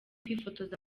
kwifotoza